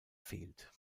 fehlt